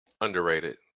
Underrated